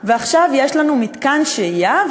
ועכשיו יש לנו מתקן שהייה,